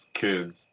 kids